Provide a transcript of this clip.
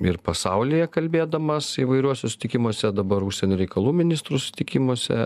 ir pasaulyje kalbėdamas įvairiuose susitikimuose dabar užsienio reikalų ministrų susitikimuose